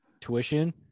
tuition